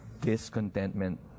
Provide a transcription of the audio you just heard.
discontentment